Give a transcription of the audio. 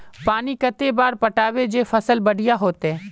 पानी कते बार पटाबे जे फसल बढ़िया होते?